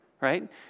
right